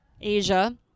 Asia